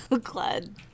glad